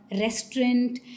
restaurant